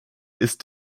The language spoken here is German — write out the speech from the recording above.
ist